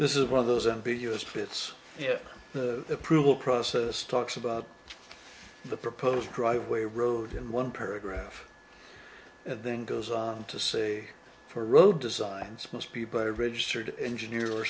this is one of those ambiguous bits yeah the approval process talks about the proposed driveway road in one paragraph and then goes on to say for road designs most peabody ridge third engineer or